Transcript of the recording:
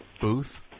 booth